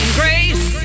grace